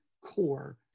core